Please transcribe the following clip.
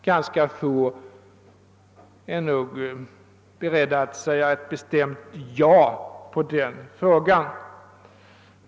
Ganska få är nog beredda att säga ett bestämt ja på den frågan.